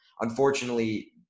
unfortunately